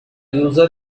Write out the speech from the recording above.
user